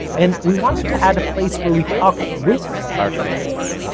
and we wanted to add a place where we talk with our fans.